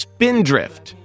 Spindrift